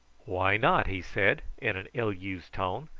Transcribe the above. why not? he said in an ill-used tone.